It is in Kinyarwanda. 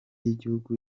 y’igihugu